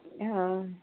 অ